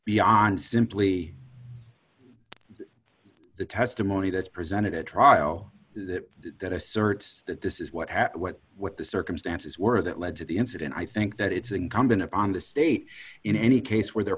beyond simply the testimony that's presented at trial that that asserts that this is what happened what what the circumstances were that led to the incident i think that it's incumbent upon the state in any case where they're